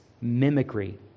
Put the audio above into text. mimicry